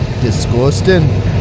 Disgusting